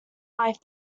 life